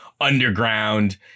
underground